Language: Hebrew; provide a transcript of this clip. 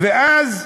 ואז,